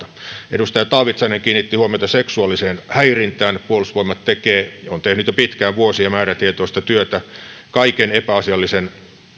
edustaja taavitsainen kiinnitti huomiota seksuaaliseen häirintään puolustusvoimat tekee ja on tehnyt jo pitkään vuosia määrätietoista työtä kaiken epäasiallisen